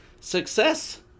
success